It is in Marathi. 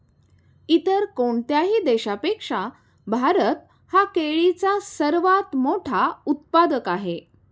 इतर कोणत्याही देशापेक्षा भारत हा केळीचा सर्वात मोठा उत्पादक आहे